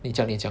你讲你讲